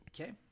Okay